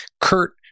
Kurt